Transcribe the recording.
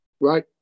right